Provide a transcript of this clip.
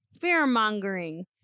Fear-mongering